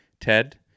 Ted